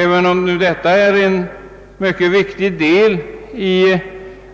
Även om denna rådgivning är en mycket viktig del i